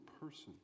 person